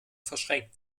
verschränkt